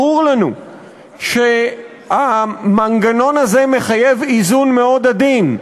ברור לנו שהמנגנון הזה מחייב איזון מאוד עדין.